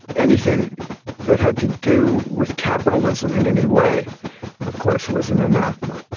anything that had to do with capitalism in any way of course was an anathema.